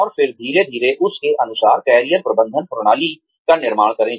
और फिर धीरे धीरे उस के अनुसार कैरियर प्रबंधन प्रणाली का निर्माण करें